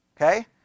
Okay